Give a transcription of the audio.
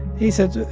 he said,